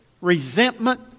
resentment